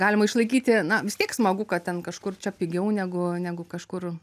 galima išlaikyti na vis tiek smagu kad ten kažkur čia pigiau negu negu kažkur